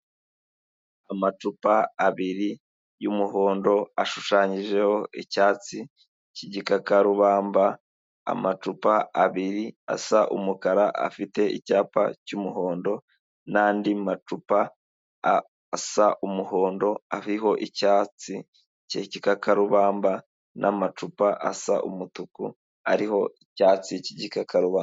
Amacupa abiri y'umuhondo ashushanyijeho icyatsi cy'igikakarubamba, amacupa abiri asa umukara afite icyapa cy'umuhondo n'andi macupa asa umuhondo ariho icyatsi k'igikakarubamba n'amacupa asa umutuku ariho icyatsi k'igikakarubamba.